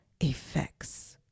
effects